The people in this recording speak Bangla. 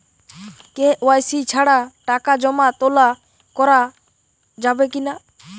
কে.ওয়াই.সি ছাড়া টাকা জমা তোলা করা যাবে কি না?